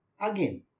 Again